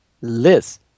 Liz